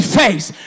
face